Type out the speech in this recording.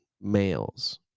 males